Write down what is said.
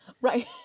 Right